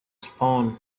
spawned